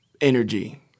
energy